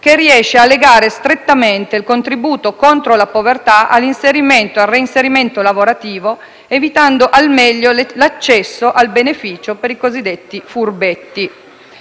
che riesce a legare strettamente il contributo contro la povertà all'inserimento e al reinserimento lavorativo, evitando al meglio l'accesso al beneficio per i cosiddetti furbetti.